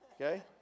Okay